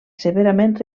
severament